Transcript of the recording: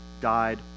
died